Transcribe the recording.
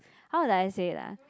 how do I say ah